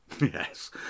Yes